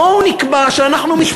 בואו נקבע שאנחנו מתפזרים,